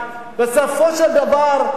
בסופו של דבר,